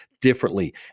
differently